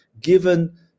given